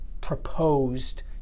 proposed